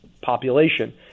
population